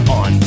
on